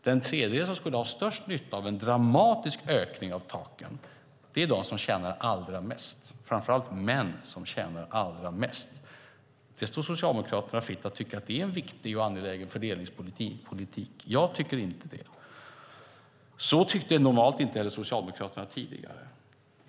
Den tredjedel som skulle ha störst nytta av en dramatisk höjning av taket är de som tjänar allra mest och framför allt de män som tjänar allra mest. Det står Socialdemokraterna fritt att tycka att det är en viktig och angelägen fördelningspolitik. Jag tycker inte det. Det tyckte normalt inte heller Socialdemokraterna tidigare.